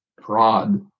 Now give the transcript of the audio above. prod